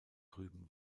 trüben